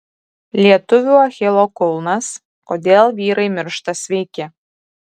lietuvių achilo kulnas kodėl vyrai miršta sveiki